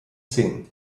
zehn